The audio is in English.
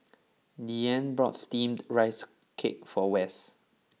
Deanne bought Steamed Rice Cake for Wess